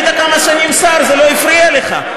היית כמה שנים שר, זה לא הפריע לך.